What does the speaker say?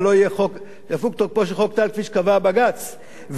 כפי שקבע הבג"ץ,